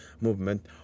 movement